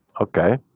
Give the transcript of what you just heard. Okay